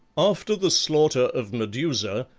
after the slaughter of medusa,